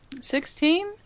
Sixteen